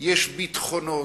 ויש ביטחונות.